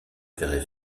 fait